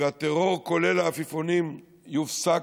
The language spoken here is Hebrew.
והטרור, כולל העפיפונים, יופסק,